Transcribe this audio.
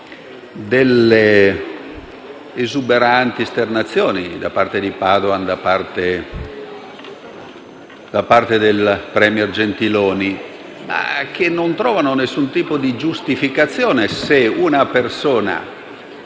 delle esuberanti esternazioni da parte di Padoan e del *premier* Gentiloni Silveri, che non trovano alcun tipo di giustificazione se una persona,